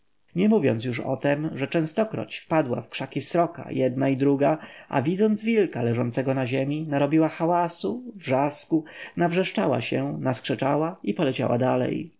nie mówiąc już o tem że częstokroć wpadła w krzaki sroka jedna i druga a widząc wilka leżącego na ziemi narobiła hałasu wrzasku nawrzeszczała się naskrzeczała i poleciała dalej